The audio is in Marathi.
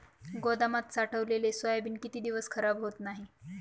गोदामात साठवलेले सोयाबीन किती दिवस खराब होत नाही?